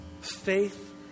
faith